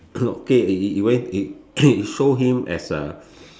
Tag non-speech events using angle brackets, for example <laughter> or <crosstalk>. no okay it it it went it <coughs> show him as a